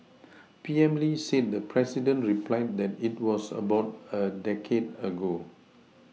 P M Lee said the president replied that it was about a decade ago